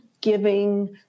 giving